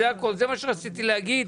זה הכול, זה מה שרציתי להגיד.